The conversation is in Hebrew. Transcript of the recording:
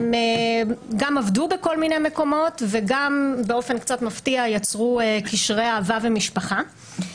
הם גם עבדו בכל מיני מקומות וגם באופן קצת מפתיע יצרו קשרי אהבה ומשפחה.